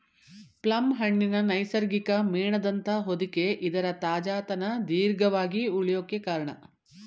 plum ಹಣ್ಣಿನ ನೈಸರ್ಗಿಕ ಮೇಣದಂಥ ಹೊದಿಕೆ ಇದರ ತಾಜಾತನ ದೀರ್ಘವಾಗಿ ಉಳ್ಯೋಕೆ ಕಾರ್ಣ